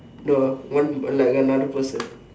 no one like another person